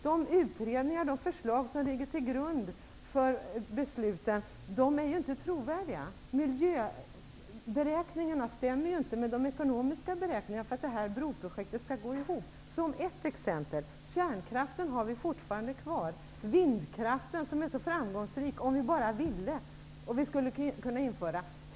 De utredningar och förslag som ligger till grund för besluten är ju inte trovärdiga. Miljöberäkningarna stämmer ju inte överens med de ekonomiska beräkningarna för att detta broprojekt skall gå ihop. Jag skall nämna ett exempel. Vi har fortfarande kärnkraften kvar. Vindkraften, som är så framgångsrik om vi bara ville, skulle vi kunna införa.